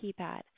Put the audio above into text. keypad